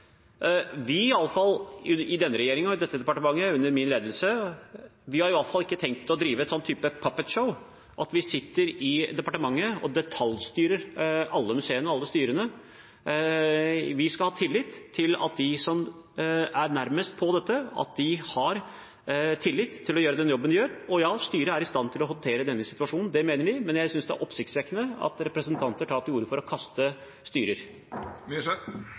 I denne regjeringen og i dette departementet under min ledelse har vi i alle fall ikke tenkt å drive et sånt «puppet show» hvor vi sitter i departementet og detaljstyrer alle museene og styrene. Vi skal ha tillit til at de som er nærmest på dette, har tillit til å gjøre den jobben de gjør. Og ja, styret er i stand til å håndtere denne situasjonen. Det mener vi. Men jeg synes det er oppsiktsvekkende at representanter tar til orde for å kaste styrer.